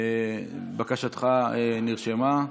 בקשתך נרשמה.